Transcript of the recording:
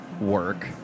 work